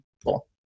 people